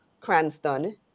Cranston